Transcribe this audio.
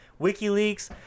WikiLeaks